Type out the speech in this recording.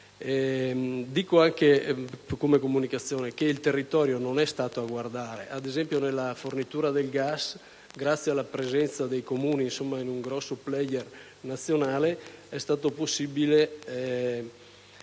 Dico anche, come comunicazione, che il territorio non è stato a guardare. Ad, esempio nella fornitura del gas, grazie alla presenza dei Comuni in un grosso *player* nazionale, è stato possibile